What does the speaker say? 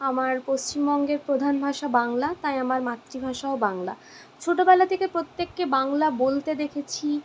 আমার পশ্চিমবঙ্গের প্রধান ভাষা বাংলা তাই আমার মাতৃভাষাও বাংলা ছোটোবেলা থেকে প্রত্যেককে বাংলা বলতে দেখেছি